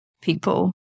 people